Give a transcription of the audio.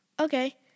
okay